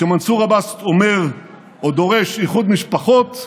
כשמנסור עבאס אומר או דורש איחוד משפחות,